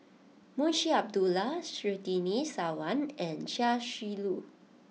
Munshi Abdullah Surtini Sarwan and Chia Shi Lu